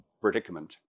Predicament